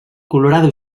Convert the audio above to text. colorado